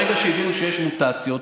ברגע שהבינו שיש מוטציות,